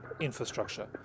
infrastructure